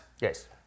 Yes